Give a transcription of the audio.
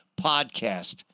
podcast